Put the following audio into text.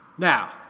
Now